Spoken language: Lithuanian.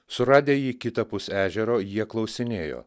suradę jį kitapus ežero jie klausinėjo